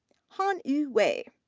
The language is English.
han yu wei.